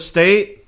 State